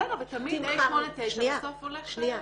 בסדר, ותמיד A 8-9 בסוף הולך ונפסל.